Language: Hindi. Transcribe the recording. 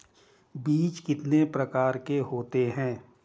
बीज कितने प्रकार के होते हैं?